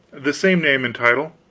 the same name and title.